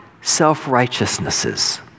self-righteousnesses